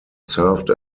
served